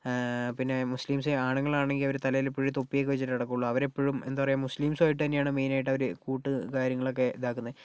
പിന്നെ മുസ്ലിംസ് ആണുങ്ങൾ ആണെങ്കിൽ അവർ തലയിൽ എപ്പോഴും തൊപ്പി ഒക്കെ വെച്ചിട്ടേ നടക്കുകയുള്ളൂ അവർ എപ്പോഴും എന്താ പറയുക മുസ്ലിംസ് ആയിട്ട് തന്നെ ആണ് മെയിൻ ആയിട്ട് അവർ കൂട്ട് കാര്യങ്ങളൊക്കെ ഇതാക്കുന്നത്